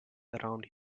around